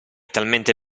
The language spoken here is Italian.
talmente